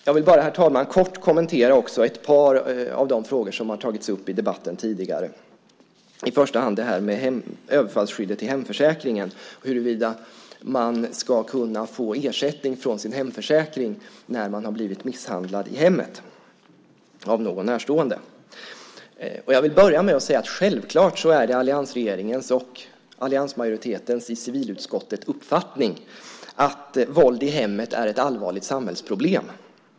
Jag vill bara, herr talman, kort kommentera ett par av de frågor som har tagits upp i debatten tidigare, i första hand överfallsskyddet i hemförsäkringen och huruvida man ska kunna få ersättning från sin hemförsäkring när man har blivit misshandlad i hemmet av någon närstående. Jag vill börja med att säga att det självklart är alliansregeringens och alliansmajoriteten i civilutskottets uppfattning att våld i hemmet är ett allvarligt samhällsproblem.